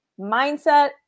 mindset